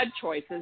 choices